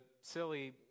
silly